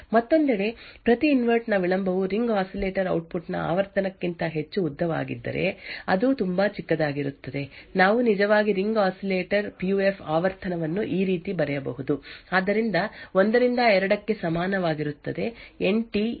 ಮತ್ತೊಂದೆಡೆ ಪ್ರತಿ ಇನ್ವರ್ಟರ್ ನ ವಿಳಂಬವು ರಿಂಗ್ ಆಸಿಲೇಟರ್ ಔಟ್ಪುಟ್ ನ ಆವರ್ತನಕ್ಕಿಂತ ಹೆಚ್ಚು ಉದ್ದವಾಗಿದ್ದರೆ ಅದು ತುಂಬಾ ಚಿಕ್ಕದಾಗಿರುತ್ತದೆ ನಾವು ನಿಜವಾಗಿ ring oscillator P U F ಆವರ್ತನವನ್ನು ಈ ರೀತಿ ಬರೆಯಬಹುದು ಆದ್ದರಿಂದ 1 ರಿಂದ 2 ಕ್ಕೆ ಸಮಾನವಾಗಿರುತ್ತದೆ ಎನ್ ಟಿ ನೀವು n ಅನ್ನು ಹೆಚ್ಚಿಸಿದಂತೆ ರಿಂಗ್ ಆಸಿಲೇಟರ್ ನಲ್ಲಿನ ಹಂತಗಳ ಸಂಖ್ಯೆ ಅಥವಾ t ಪ್ರತಿ ಹಂತದ ವಿಳಂಬ ರಿಂಗ್ ಆಸಿಲೇಟರ್ ನ ಔಟ್ಪುಟ್ ನ ಆವರ್ತನವು ಕಡಿಮೆಯಾಗುತ್ತದೆ ಮತ್ತು ಪ್ರತಿಯಾಗಿ